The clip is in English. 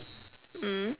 mm